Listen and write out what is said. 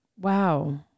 Wow